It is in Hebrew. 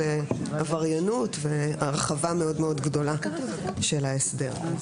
עבריינות והרחבה מאוד מאוד גדולה של ההסדר.